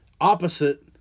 opposite